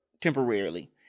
Temporarily